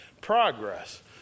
progress